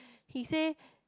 he say